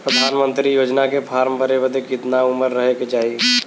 प्रधानमंत्री योजना के फॉर्म भरे बदे कितना उमर रहे के चाही?